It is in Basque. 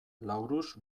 laurus